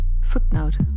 Footnote